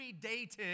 predated